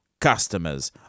customers